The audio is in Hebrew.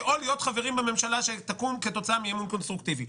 או להיות חברים בממשלה שתקום כתוצאה מאי-אמון קונסטרוקטיבי,